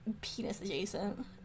penis-adjacent